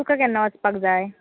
तुका केन्ना वचपाक जाय